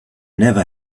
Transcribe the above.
never